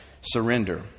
surrender